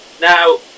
Now